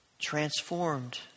transformed